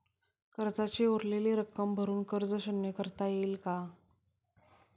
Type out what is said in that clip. कर्जाची उरलेली रक्कम भरून कर्ज शून्य करता येईल का?